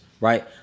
right